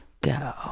go